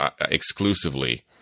exclusively